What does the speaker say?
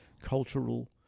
cultural